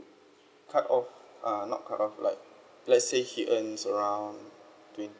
cut off err not cut off like let's say he earns around twen~